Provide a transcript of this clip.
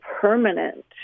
permanent